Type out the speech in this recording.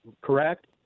correct